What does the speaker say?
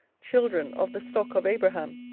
children of the stock of abraham,